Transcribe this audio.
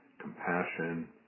compassion